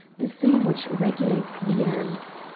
the same which regulates the ants.